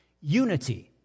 unity